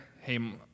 Hey